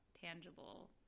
tangible